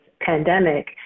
pandemic